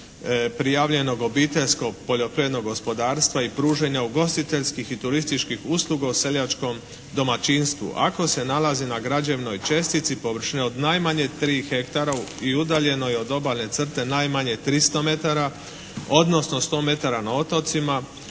prijavljenog obiteljskog poljoprivrednog gospodarstva i pružanja ugostiteljskih i turističkih usluga u seljačkom domaćinstvu. Ako se nalazi na građevnoj čestici površine od najmanje 3 hektara i udaljeno je od obalne crte najmanje 300 metara odnosno 100 metara na otocima